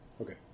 Okay